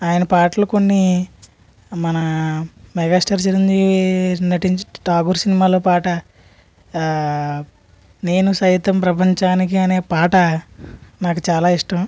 ఆయన పాటలు కొన్ని మన మెగాస్టార్ చిరంజీవి నటించిన ఠాగూర్ సినిమాలో పాట నేను సైతం ప్రపంచానికి అనే పాట నాకు చాలా ఇష్టం